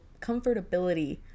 comfortability